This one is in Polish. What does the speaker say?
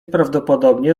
prawdopodobnie